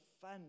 fun